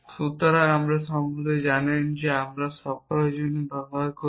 সুতরাং আপনি সম্ভবত জানেন যখন আমরা সকলের জন্য ব্যবহার করি